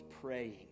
praying